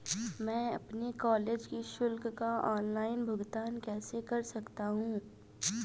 मैं अपने कॉलेज की शुल्क का ऑनलाइन भुगतान कैसे कर सकता हूँ?